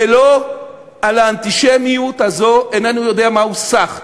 ולא על האנטישמיות הזאת, איננו יודע מה הוא סח.